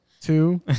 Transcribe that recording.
two